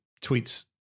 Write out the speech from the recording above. tweets